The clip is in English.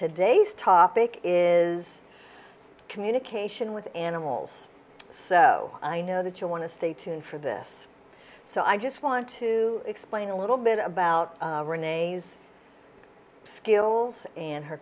today's topic is communication with animals so i know that you want to stay tuned for this so i just want to explain a little bit about renee's skills and her